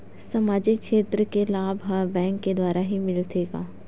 सामाजिक क्षेत्र के लाभ हा बैंक के द्वारा ही मिलथे का?